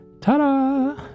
Ta-da